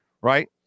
right